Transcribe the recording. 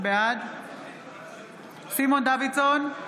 בעד סימון דוידסון,